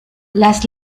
las